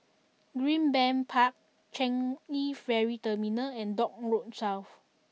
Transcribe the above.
Greenbank Park Changi Ferry Terminal and Dock Road South